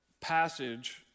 passage